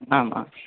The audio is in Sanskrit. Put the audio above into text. आमाम्